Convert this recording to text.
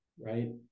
right